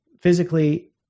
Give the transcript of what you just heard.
physically